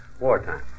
wartime